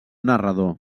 narrador